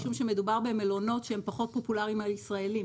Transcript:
משום שמדובר במלונות שהם פחות פופולריים בקרב הישראלים.